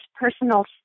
personal